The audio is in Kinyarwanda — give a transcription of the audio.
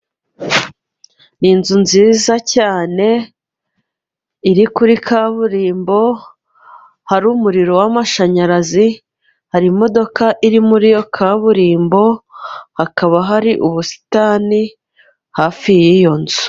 Ni inzu nziza cyane iri kuri kaburimbo hari umuriro w'amashanyarazi, hari imodoka iri muri kaburimbo hakaba hari ubusitani hafi y'iyo nzu.